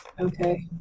Okay